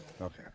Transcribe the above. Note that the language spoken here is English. Okay